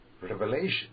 revelation